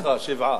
שישה,